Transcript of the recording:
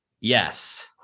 Yes